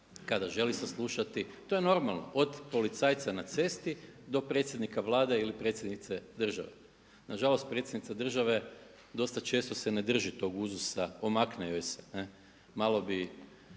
kada želi saslušati, to je normalno, od policajca na cesti do predsjednika Vlade ili predsjednice države, nažalost predsjednica države dosta često se ne drži tog uzusa, omakne joj se malo bi